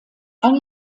ein